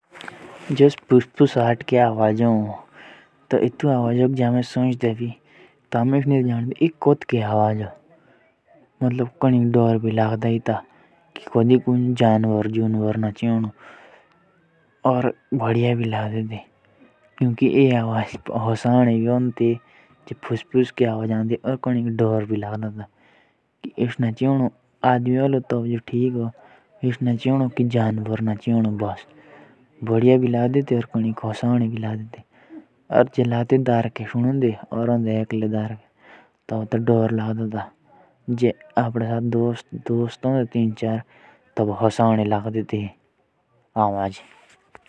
जो फुसफुसाहट के आवाज हो तो जे तो जे आवाज दुशा होले तो जादा किछ ना हो पर जे राटिक फुसफुसाहट सुनुले तो कुनी भी डोर नोटदा। और जे दुशा सुनुले तो एसो सोचदा की कुन इजो जो मेसा मेसा लागो बोलाए।